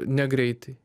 ne greitai